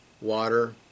water